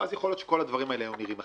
ויכול להיות שכל הדברים האלה היו נראים אחרת.